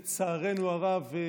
לצערנו הרב,